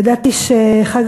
ידעתי שחג